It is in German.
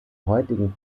heutigen